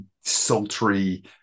sultry